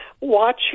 watch